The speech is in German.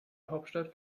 hauptstadt